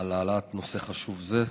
על העלאת נושא חשוב זה.